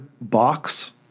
box